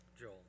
Joel